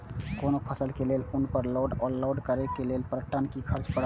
कोनो फसल के लेल उनकर लोड या अनलोड करे के लेल पर टन कि खर्च परत?